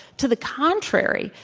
to the contrary.